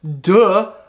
Duh